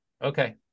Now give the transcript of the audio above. Okay